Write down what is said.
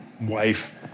wife